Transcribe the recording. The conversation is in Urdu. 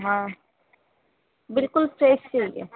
ہاں بالکل فریش چاہیے